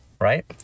right